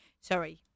Sorry